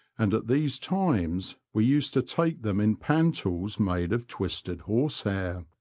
and at these times we used to take them in panties made of twisted horsehair.